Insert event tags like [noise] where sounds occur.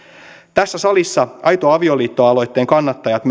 tässä salissa aito avioliitto aloitteen kannattajat [unintelligible]